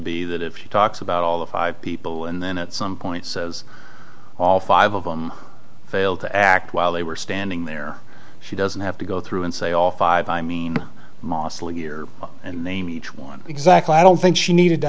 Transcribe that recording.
be that if he talks about all the five people and then at some point says all five of them failed to act while they were standing there she doesn't have to go through and say all five i mean mossel year and name each one exactly i don't think she needed to